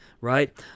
Right